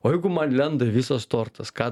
o jeigu man lenda ir visas tortas ką